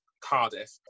Cardiff